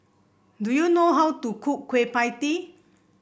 do you know how to cook Kueh Pie Tee